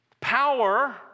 power